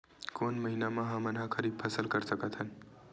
कोन महिना म हमन ह खरीफ फसल कर सकत हन?